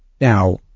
Now